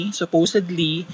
supposedly